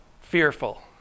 fearful